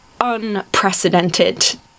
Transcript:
unprecedented